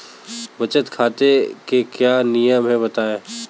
बचत खाते के क्या नियम हैं बताएँ?